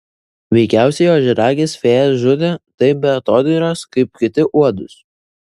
veikiausiai ožiaragis fėjas žudė taip be atodairos kaip kiti uodus